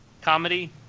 comedy